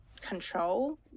control